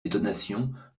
détonations